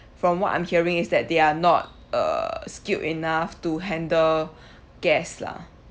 from what I'm hearing is that they are not uh skilled enough to handle guests lah